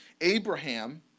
Abraham